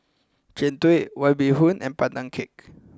Jian Dui White Bee Hoon and Pandan Cake